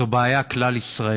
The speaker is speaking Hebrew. זו בעיה כלל-ישראלית.